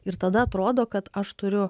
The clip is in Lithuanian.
ir tada atrodo kad aš turiu